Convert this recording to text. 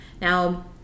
now